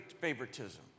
favoritism